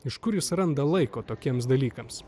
iš kur jis randa laiko tokiems dalykams